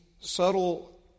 subtle